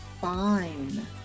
fine